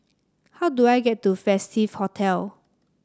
how do I get to Festive Hotel